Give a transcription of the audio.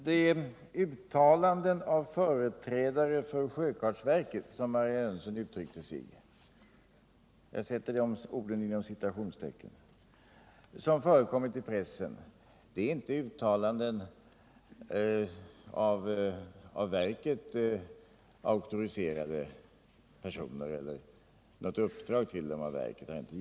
De ”uttalanden av företrädare för sjöfartsverket”, som Marianne Jönsson uttryckte sig, som förekommit i pressen är inte uttalanden från av verket auktoriserade personer. Något sådant uppdrag har inte verket givit.